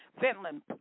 Finland